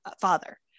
father